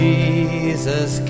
Jesus